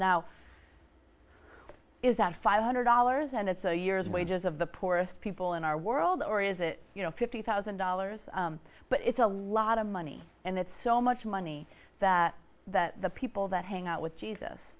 now is that five hundred dollars and it's a year's wages of the poorest people in our world or is it you know fifty one thousand dollars but it's a lot of money and it's so much money that that the people that hang out with jesus